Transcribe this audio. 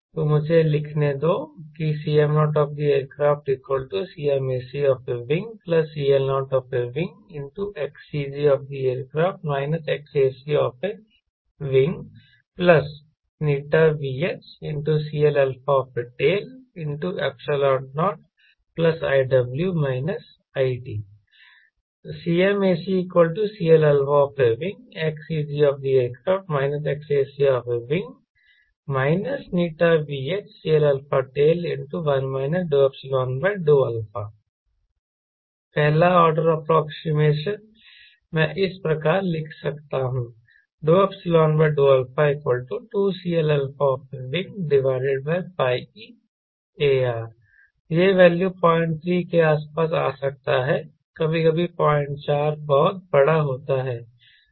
तो मुझे लिखने दो कि Cm0acCmacWCL0WXCGac XacWηVHCLαt0iW it CmacCLαWXCGac XacW ηVHCLαt1 ∂ϵ∂α पहला ऑर्डर एप्रोक्सीमेशन मैं इस प्रकार लिख सकता हूं ∂ϵ∂α2CLαWπARe यह वैल्यू 03 के आसपास आ सकता है कभी कभी 04 बहुत बड़ा होता है